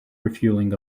refueling